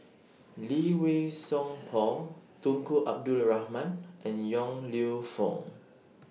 Lee Wei Song Paul Tunku Abdul Rahman and Yong Lew Foong